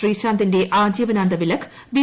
ശ്രീശാന്തിന്റെ ആജീവനാന്ത വിലക്ക് ബി